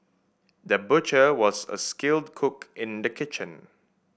the butcher was a skilled cook in the kitchen